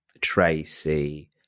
Tracy